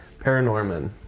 Paranorman